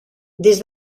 des